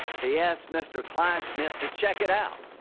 they asked mr. klein smith to check it out.